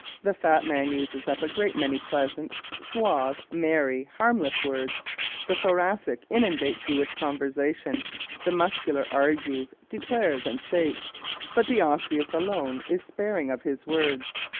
the fat man uses up a great many pleasant, suave, merry, harmless words the thoracic inundates you with conversation the muscular argues, declares and states but the osseous alone is sparing of his words.